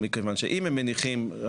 מכיוון שאם הם מניחים,